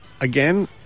again